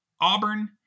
Auburn